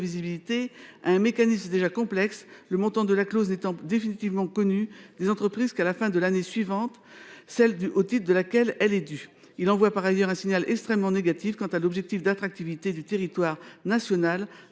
l’imprévisibilité à un mécanisme déjà complexe, le montant de la clause n’étant définitivement connu des entreprises qu’à la fin de l’année suivante – celle au titre de laquelle elle est due. Il envoie par ailleurs un signal extrêmement négatif quant à l’objectif d’attractivité du territoire national,